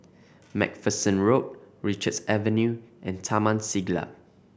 Macpherson Road Richards Avenue and Taman Siglap